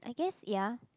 I guess ya